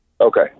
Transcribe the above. Okay